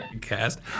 cast